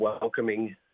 welcoming